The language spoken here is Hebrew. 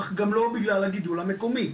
אך גם לא בגלל הגידול המקומי,